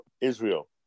Israel